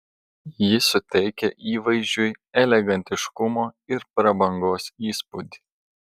ji suteikia įvaizdžiui elegantiškumo ir prabangos įspūdį